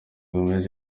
gomez